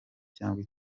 cyangwa